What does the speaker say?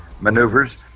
maneuvers